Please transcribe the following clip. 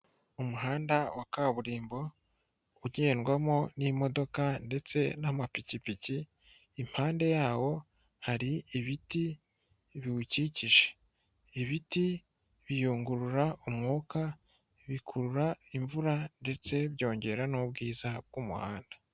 Umuhanda wa kaburimbo ugendwamo n'imodoka ndetse n'amapikipiki, impande yawo hari ibiti biwukikije. Ibiti biyungurura umwuka, bikurura imvura ndetse byongera n'ubwiza bw'umuhanda.